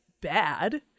bad